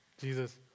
Jesus